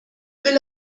will